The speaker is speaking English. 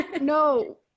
no